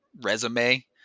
resume